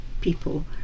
people